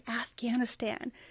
afghanistan